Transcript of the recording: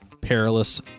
Perilous